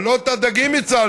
אבל לא את הדגים הצלנו,